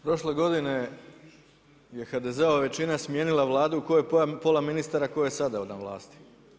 Prošle godine je HDZ-ova većina smijenila Vladu, u kojoj je pola ministara koje je sada na vlasti.